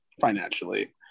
financially